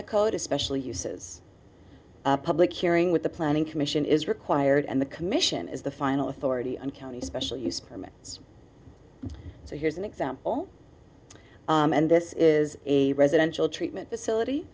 the code especially uses a public hearing with the planning commission is required and the commission is the final authority on county special use permits so here's an example and this is a residential treatment facility